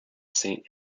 saint